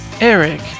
eric